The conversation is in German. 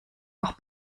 auch